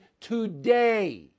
today